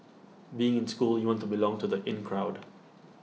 being in school you want to belong to the in crowd